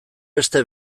beste